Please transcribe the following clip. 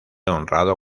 honrado